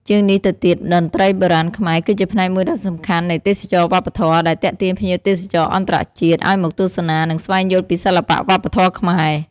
ជាងនេះទៅទៀត តន្ត្រីបុរាណខ្មែរ គឺជាផ្នែកមួយដ៏សំខាន់នៃទេសចរណ៍វប្បធម៌ ដែលទាក់ទាញភ្ញៀវទេសចរអន្តរជាតិឱ្យមកទស្សនា និងស្វែងយល់ពីសិល្បៈវប្បធម៌ខ្មែរ។